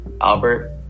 Albert